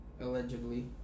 Allegedly